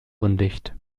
undicht